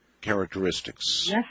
characteristics